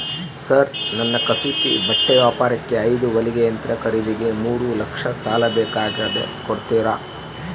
Sir ನನ್ನ ಕಸೂತಿ ಬಟ್ಟೆ ವ್ಯಾಪಾರಕ್ಕೆ ಐದು ಹೊಲಿಗೆ ಯಂತ್ರ ಖರೇದಿಗೆ ಮೂರು ಲಕ್ಷ ಸಾಲ ಬೇಕಾಗ್ಯದ ಕೊಡುತ್ತೇರಾ?